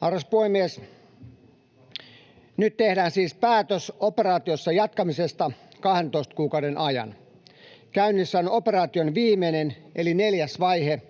Arvoisa puhemies! Nyt tehdään siis päätös operaatiossa jatkamisesta 12 kuukauden ajan. Käynnissä on operaation viimeinen eli neljäs vaihe,